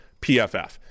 pff